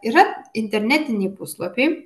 yra internetiniai puslapiai